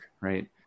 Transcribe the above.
right